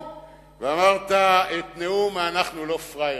ונאמת את נאום ה"אנחנו לא פראיירים".